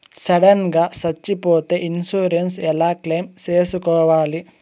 Sudden గా సచ్చిపోతే insurance ఎలా క్లెయిమ్ సేసుకోవాలి?